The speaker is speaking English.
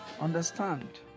understand